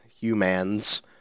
Humans